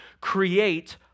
create